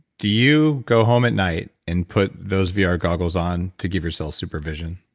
do you go home at night and put those vr goggles on to give yourself super vision?